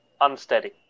unsteady